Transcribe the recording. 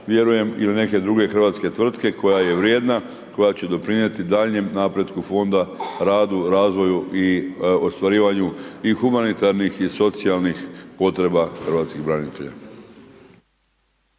vjerujem il neke druge hrvatske tvrtke koja je vrijedna, koja će doprinijeti daljnjem napretku fonda radu, razvoju i ostvarivanju i humanitarnih i socijalnih potreba hrvatskih branitelja.